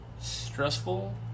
stressful